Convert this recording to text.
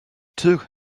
took